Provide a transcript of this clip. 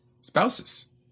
spouses